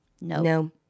No